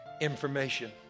information